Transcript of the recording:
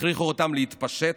הכריחו אותם להתפשט